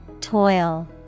Toil